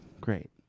great